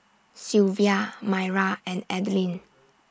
Silvia Maira and Adline